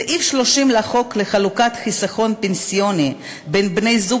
סעיף 30 לחוק לחלוקת חיסכון פנסיוני בין בני-זוג